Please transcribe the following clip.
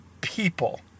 people